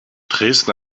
dresden